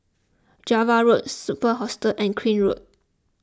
Java Road Superb Hostel and Crane Road